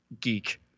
geek